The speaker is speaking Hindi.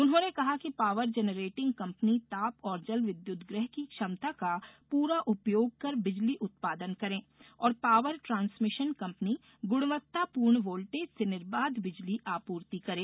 उन्होंने कहा कि पॉवर जनरेटिंग कम्पनी ताप और जल विद्युतगृह की क्षमता का पूरा उपयोग कर बिजली उत्पादन करें और पॉवर ट्रांसमिशन कम्पनी गुणवत्तापूर्ण वोल्टेज से निर्बाध बिजली आपूर्ति करें